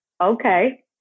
okay